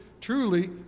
Truly